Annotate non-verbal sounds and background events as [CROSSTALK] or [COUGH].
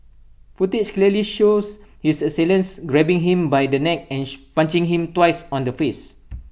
footage clearly shows his assailant grabbing him by the neck and [UNINTELLIGIBLE] punching him twice on the face